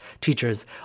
teachers